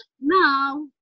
now